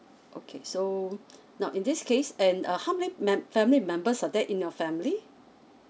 okay so now in this case and uh how many mem~ family members of that in your family